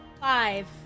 Five